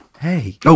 Hey